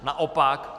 Naopak.